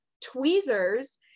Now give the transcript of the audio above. tweezers